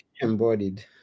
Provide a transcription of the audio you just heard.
embodied